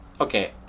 okay